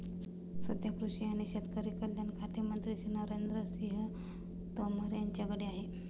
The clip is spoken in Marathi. सध्या कृषी आणि शेतकरी कल्याण खाते मंत्री श्री नरेंद्र सिंह तोमर यांच्याकडे आहे